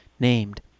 Named